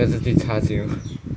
那个是最差劲的 loh